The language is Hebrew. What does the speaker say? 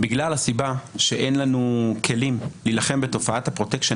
בגלל הסיבה שאין לנו כלים להילחם בתופעת הפרוטקשן,